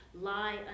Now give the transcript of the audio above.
lie